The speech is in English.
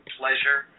pleasure